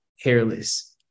hairless